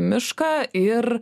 mišką ir